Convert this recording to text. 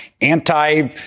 anti